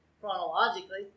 chronologically